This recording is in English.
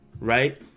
Right